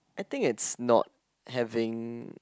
I think it's not having